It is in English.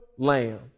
lamb